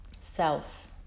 self